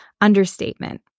Understatement